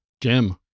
Jim